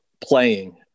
playing